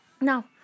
Now